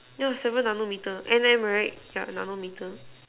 yeah seven nano metre M_M right yeah nano metre